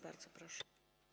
Bardzo proszę.